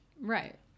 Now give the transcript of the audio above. Right